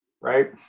right